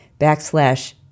backslash